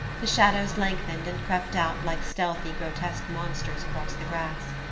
the shadows lengthened and crept out like stealthy, grotesque monsters across the grass.